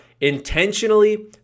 intentionally